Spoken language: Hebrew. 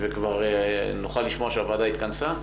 וכבר נוכל לשמוע שהוועדה התכנסה?